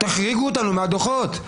תחריגו אותנו מהדוחות.